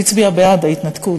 הצביע בעד ההתנתקות,